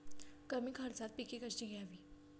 कमी खर्चात पिके कशी घ्यावी?